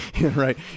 right